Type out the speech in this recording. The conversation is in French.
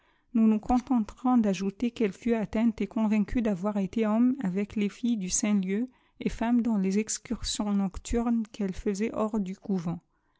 nous nous contenterons d'ajouter qu'elle fut atteinte et convaincue d'avoir été homme avec les filles du saint lieu et femme dans les excursions nocturnes qu'elle faisait hors du cpuvent